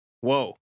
Whoa